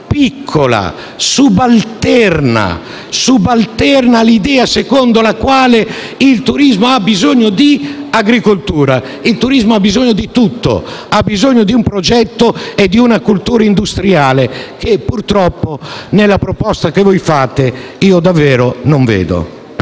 piccola, subalterna alla visione secondo cui il turismo ha bisogno di agricoltura. Il turismo ha bisogno di tutto: ha bisogno di un progetto e di una cultura industriale, che purtroppo nella proposta che fate davvero non vedo.